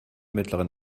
mittleren